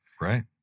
Right